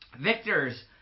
victors